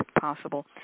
possible